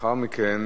לאחר מכן